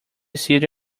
city